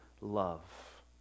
love